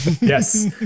Yes